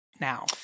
now